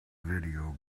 video